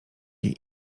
jej